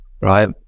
right